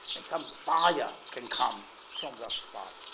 and some fire can come from that spark.